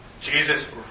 Jesus